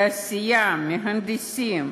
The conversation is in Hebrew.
תעשייה, מהנדסים,